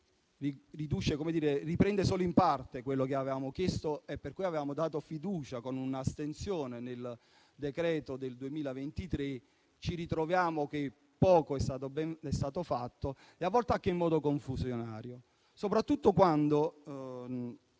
riprende solo in parte quello che avevamo chiesto e per cui avevamo dato fiducia, con un'astensione, al decreto del 2023, ritroviamo che poco è stato fatto, a volte anche in modo confusionario. Penso al